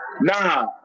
Nah